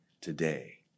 today